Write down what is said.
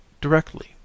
Directly